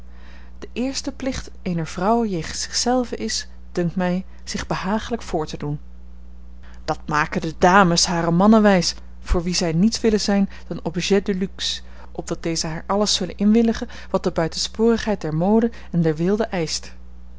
de eerste plicht eener vrouw jegens zich zelve is dunkt mij zich behagelijk voor te doen dat maken de dames hare mannen wijs voor wie zij niets willen zijn dan objets de luxe opdat deze haar alles zullen inwilligen wat de buitensporigheid der mode en der weelde eischt